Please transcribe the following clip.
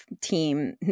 team